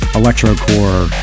electrocore